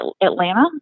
Atlanta